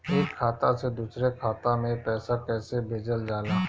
एक खाता से दुसरे खाता मे पैसा कैसे भेजल जाला?